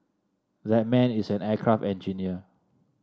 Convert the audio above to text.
that man is an aircraft engineer